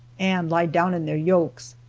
and lie down in their yokes.